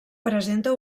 presenta